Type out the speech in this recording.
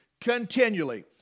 continually